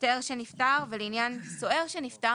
שוטר שנפטר ולעניין סוהר שנפטר.